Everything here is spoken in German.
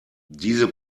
diese